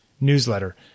newsletter